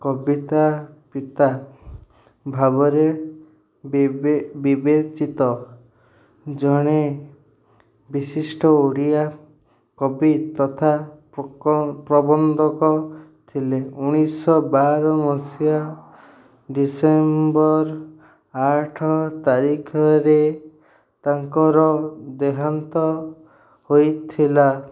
କବିତା ପିତା ଭାବରେ ବିବେଚିତ ଜଣେ ବିଶିଷ୍ଟ ଓଡ଼ିଆ କବି ତଥା ପ୍ରବନ୍ଧକ ଥିଲେ ଉଣେଇଶ ବାର ମସିହା ଡିସେମ୍ବର ଆଠ ତାରିଖରେ ତାଙ୍କର ଦେହାନ୍ତ ହୋଇଥିଲା